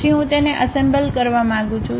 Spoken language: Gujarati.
પછી હું તેને એસેમ્બલ કરવા માંગુ છું